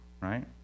right